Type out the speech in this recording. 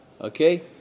okay